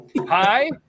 Hi